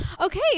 Okay